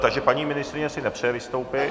Takže paní ministryně si nepřeje vystoupit.